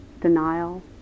Denial